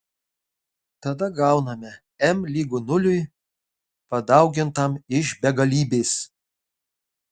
tada gauname m lygu nuliui padaugintam iš begalybės